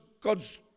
God's